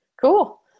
Cool